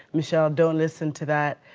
michelle, don't listen to that.